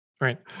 right